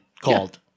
called